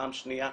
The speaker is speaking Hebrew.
פעם שניה,